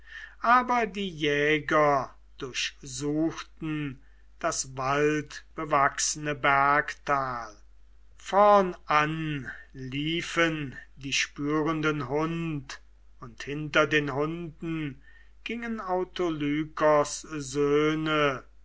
aber die jäger durchsuchten das waldbewachsene bergtal vornan liefen die spürenden hund und hinter den hunden gingen autolykos söhne